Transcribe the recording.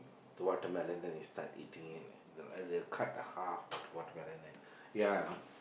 the watermelon then you start eating it and they'll cut the half water watermelon and then ya